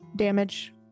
damage